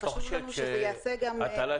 וחשוב לנו שזה ייעשה גם --- אתה חושב שהטלת